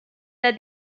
that